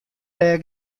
dêr